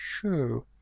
Sure